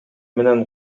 менен